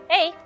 Hey